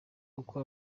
uko